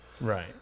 Right